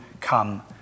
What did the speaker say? come